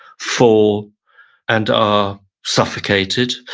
fall and are suffocated.